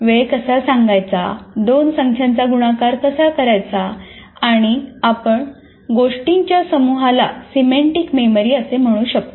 वेळ कसा सांगायचा दोन संख्यांचा गुणाकार कसा करायचा आणि आपण गोष्टींच्या समूहाला सिमेंटिक मेमरी असे म्हणू शकतो